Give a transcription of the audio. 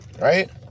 Right